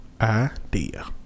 idea